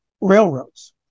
railroads